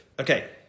Okay